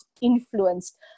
influenced